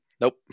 nope